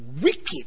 wicked